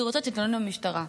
היא רוצה, שתתלונן במשטרה.